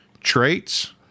traits